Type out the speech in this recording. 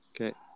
Okay